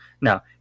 Now